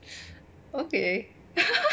okay